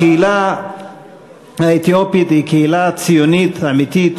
הקהילה האתיופית היא קהילה ציונית אמיתית,